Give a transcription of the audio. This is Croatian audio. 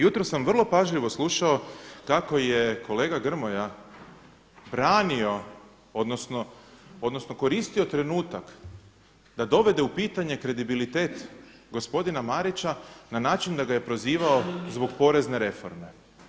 Jutros sam vrlo pažljivo slušao kako je kolega Grmoja branio, odnosno koristio trenutak da dovede u pitanje kredibilitet gospodina Marića na način da ga je prozivao zbog porezne reforme.